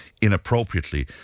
inappropriately